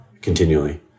continually